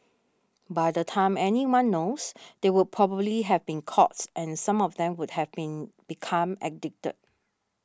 by the time anyone knows they would probably have been caughts and some of them would have been become addicted